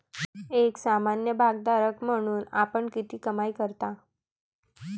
एक सामान्य भागधारक म्हणून आपण किती कमाई करता?